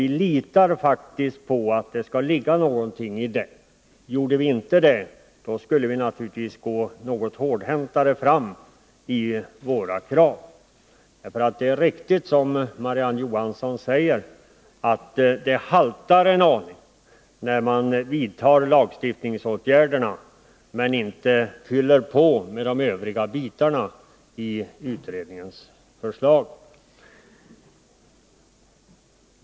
Vi litar faktiskt på att det skall ligga någonting i det. Gjorde vi inte det, skulle vi naturligtvis gå något mer hårdhänt fram med våra krav. Det är ju riktigt, som Marie-Ann Johansson säger, att det haltar en aning när man vidtar lagstiftningsåtgärderna men inte fyller på med de övriga bitarna i utredningens förslag.